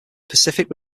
pacific